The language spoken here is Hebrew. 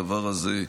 הדבר הזה,